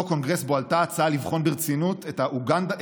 אותו קונגרס שבו עלתה ההצעה לבחון ברצינות את אוגנדה